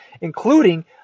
including